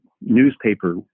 newspaper